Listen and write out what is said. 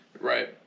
Right